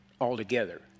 altogether